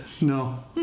No